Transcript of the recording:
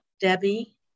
Debbie